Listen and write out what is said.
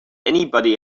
anybody